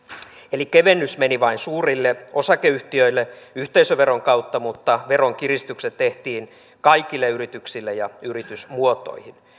eli kevennys meni vain suurille osakeyhtiöille yhteisöveron kautta mutta veronkiristykset tehtiin kaikille yrityksille ja yritysmuotoihin